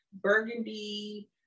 burgundy